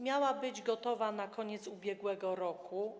Miała być gotowa na koniec ubiegłego roku.